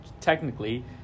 technically